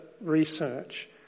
research